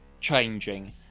changing